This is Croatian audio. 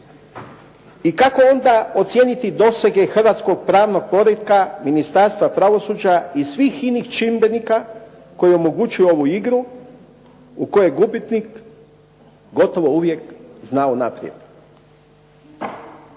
I kako onda ocijeniti dosege hrvatskog pravnog poretka Ministarstva pravosuđa i svih inih čimbenika koji omogućuju ovu igru u kojoj gubitnik gotovo uvijek znao naprijed.